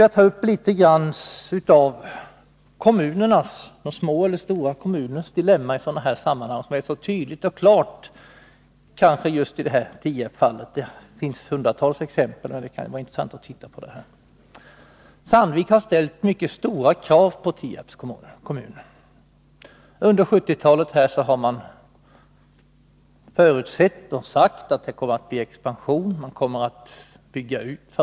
Jag skulle litet grand vilja ta upp kommunernas dilemma i sådana här sammanhang. Det är särskilt klart i Tierpsfallet. Det finns hundratals exempel, men det kan vara intressant att se på just det här exemplet. Sandvik har ställt mycket stora krav på Tierps kommun. Man sade att det under 1970-talet skulle bli en expansion. Fabriken skulle byggas ut.